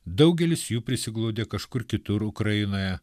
daugelis jų prisiglaudė kažkur kitur ukrainoje